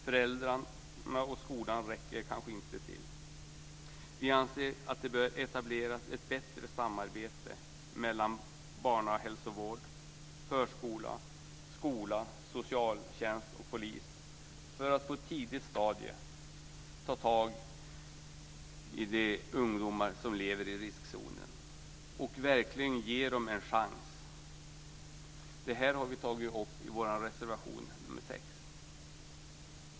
Föräldrarna och skolan räcker kanske inte till. Vi anser att det bör etableras ett bättre samarbete mellan barnhälsovård, förskola, skola, socialtjänst och polis för att man på ett tidigt stadium ska kunna ta tag i de ungdomar som lever i riskzonen och verkligen ge dem en chans. Det här tar vi upp i reservation 6.